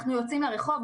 אנחנו יוצאים לרחוב.